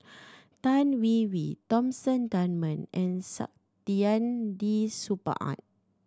Tan Hwee Hwee Thomas Dunman and Saktiandi Supaat